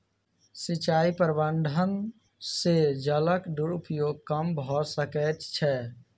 सिचाई प्रबंधन से जलक दुरूपयोग कम भअ सकै छै